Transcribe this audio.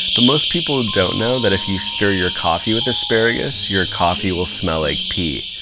but most people don't know that if you stir your coffee with asparagus, your coffee will smell like pee.